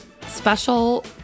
special